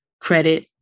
credit